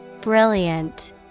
Brilliant